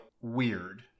weird